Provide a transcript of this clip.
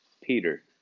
Peter